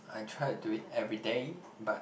I tried do it everyday but